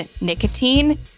nicotine